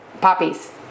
poppies